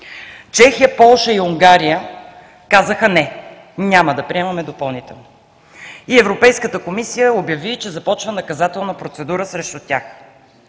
Чехия, Полша и Унгария казаха „не, няма да приемаме допълнително“. И Европейската комисия обяви, че започва наказателна процедура срещу тях.